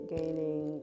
gaining